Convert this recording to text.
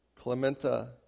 Clementa